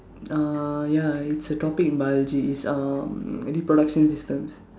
uh ya is a topic in biology it's um reproduction systems